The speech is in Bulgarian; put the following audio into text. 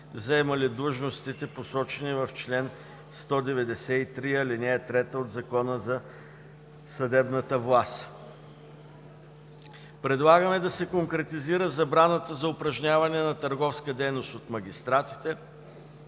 заемали длъжностите, посочени в чл. 193, ал. 3 от Закона за съдебната власт. Предлагаме да се конкретизира забраната за упражняване на търговска дейност от магистратите,